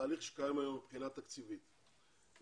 שקיים היום מבחינת האשראי.